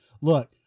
look